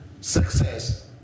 success